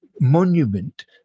monument